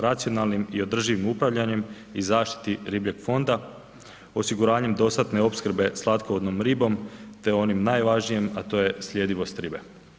Racionalnim i održivim upravljanjem i zaštiti ribljeg fonda, osiguranjem dostatne opskrbe slatkovodnom ribom te onim najvažnijih, a to je sljedivost ribe.